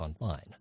online